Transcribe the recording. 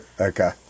okay